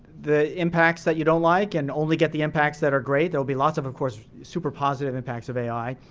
the impacts that you don't like and only get the impacts that are great. they'll be lots of of course, super positive impacts of ai.